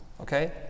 Okay